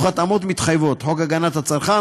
בהתאמות מתחייבות: חוק הגנת הצרכן,